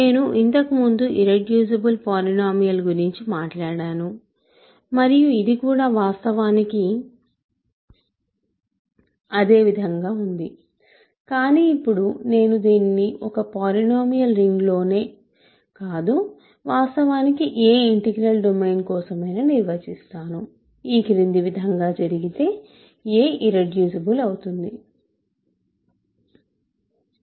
నేను ఇంతకుముందు irreducible polynomial గురించి మాట్లాడాను మరియు ఇది కూడా వాస్తవానికి అదే విధంగా ఉంది కానీ ఇప్పుడు నేను దీన్ని ఒక పోలీనోమియల్ రింగ్ లోనే కాదు వాస్తవానికి ఏ ఇంటిగ్రల్ డొమైన్ కోసమైనా నిర్వచిస్తాను ఈ క్రింది విధంగా జరిగితే a ఇర్రెడ్యూసిబుల్ అవుతుంది